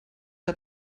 que